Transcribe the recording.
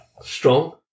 Strong